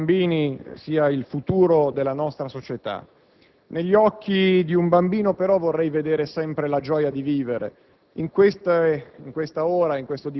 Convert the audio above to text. Credo che il futuro dei bambini sia il futuro della nostra società. Negli occhi di un bambino, però, vorrei vedere sempre la gioia di vivere.